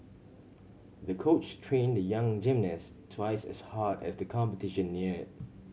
the coach trained the young gymnast twice as hard as the competition neared